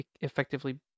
effectively